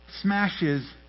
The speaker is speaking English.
smashes